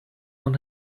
von